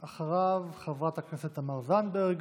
אחריו, חברת הכנסת תמר זנדברג.